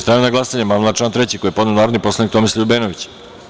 Stavljam na glasanje amandman na član 3. koji je podneo narodni poslanik Tomislav Ljubenović.